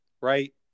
Right